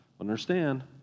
Understand